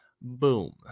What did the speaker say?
Boom